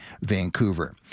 Vancouver